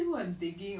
deja vu